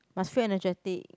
must feel energetic